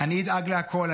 אני אדאג לכול,